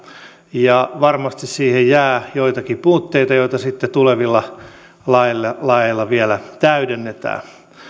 ja varmasti siihen jää joitakin puutteita joita sitten tulevilla laeilla laeilla vielä täydennetään